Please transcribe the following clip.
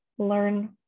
learn